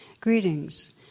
Greetings